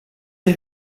der